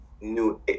new